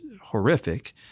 horrific